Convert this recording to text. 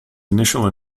initial